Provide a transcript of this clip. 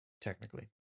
technically